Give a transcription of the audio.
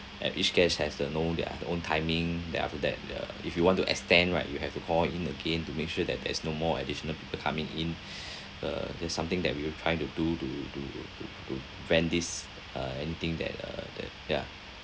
and each guest has to know their their own timing then after that uh if you want to extend right you have to call in again to make sure that there is no more additional people coming in uh that's something that we will trying to to to to prevent this uh anything that uh that yeah